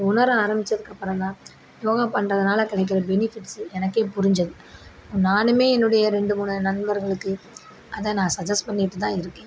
உணர ஆரமித்ததுக்கப்றம் தான் யோகா பண்ணுறதனால கிடைக்குற பெனிஃபிட்ஸ் எனக்கே புரிஞ்சது நானும் என்னுடைய ரெண்டு மூணு நண்பர்களுக்கு அதை நான் சஜ்ஜெஸ் பண்ணிகிட்டுதான் இருக்கேன்